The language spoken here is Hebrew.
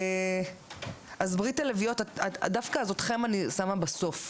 אז, ברית הלביאות, דווקא אתכן אני שמה בסוף,